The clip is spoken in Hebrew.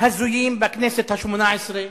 הזויים בכנסת השמונה-עשרה,